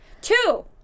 Two